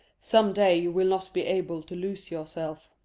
some day you will not be able to lose yourself.